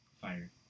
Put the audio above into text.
fire